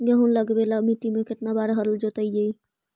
गेहूं लगावेल मट्टी में केतना बार हर जोतिइयै?